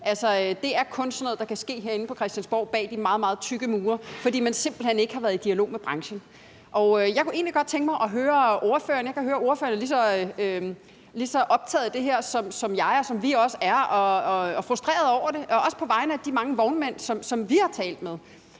Det er kun sådan noget, der kan ske herinde på Christiansborg bag de meget, meget tykke mure, fordi man simpelt hen ikke har været i dialog med branchen. Jeg kunne egentlig godt tænke mig at høre ordføreren om noget. Jeg kan høre, at ordføreren er lige så optaget af det her, som jeg er og vi også er, og frustreret over det, også på vegne af de mange vognmænd, som vi har talt med.